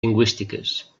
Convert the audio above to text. lingüístiques